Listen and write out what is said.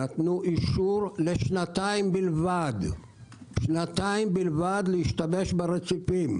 נתנו אישור לשנתיים בלבד להשתמש ברציפים.